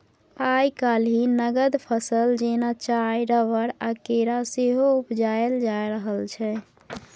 आइ काल्हि नगद फसल जेना चाय, रबर आ केरा सेहो उपजाएल जा रहल छै